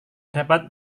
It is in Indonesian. dapat